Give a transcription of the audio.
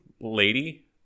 lady